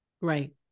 Right